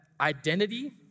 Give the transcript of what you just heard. identity